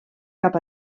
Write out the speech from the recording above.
cap